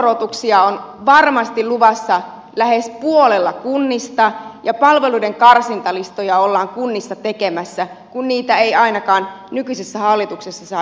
veronkorotuksia on varmasti luvassa lähes puolella kunnista ja palveluiden karsintalistoja ollaan kunnissa tekemässä kun niitä ei ainakaan nykyisessä hallituksessa saada aikaan